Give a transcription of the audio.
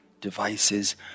devices